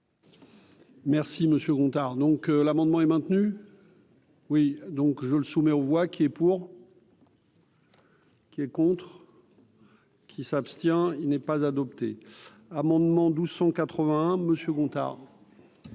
Monsieur Gontard donc l'amendement est maintenu. Oui, donc je le soumets aux voix qui est pour. Qui est contre. Qui s'abstient, il n'est pas adopté. Amendement 1281 Monsieur Gontard.